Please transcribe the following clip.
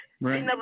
Right